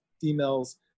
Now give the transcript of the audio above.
females